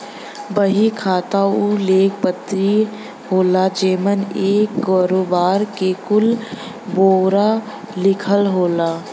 बही खाता उ लेख पत्री होला जेमन एक करोबार के कुल ब्योरा लिखल होला